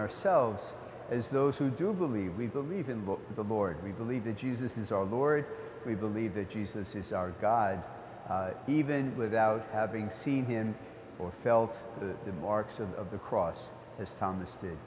ourselves as those who do believe we believe in the board we believe that jesus is our lord we believe that jesus is our god even without having seen him or felt the marks of the cross as thomas did